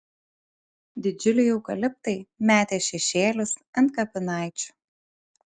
didžiuliai eukaliptai metė šešėlius ant kapinaičių